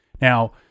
now